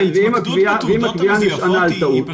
כן אבל אם הקביעה נשענה על טעות,